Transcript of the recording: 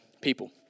people